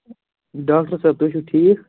doctor صٲب تُہۍ چھُۄ ٹھیٖک